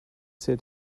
set